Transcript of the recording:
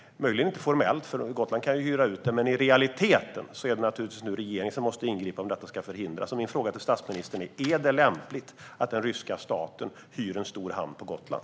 Möjligen gör den inte det formellt - Gotland kan ju hyra ut - men i realiteten är det regeringen som måste ingripa om detta ska förhindras. Min fråga till statsministern är: Är det lämpligt att den ryska staten hyr en stor hamn på Gotland?